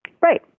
Right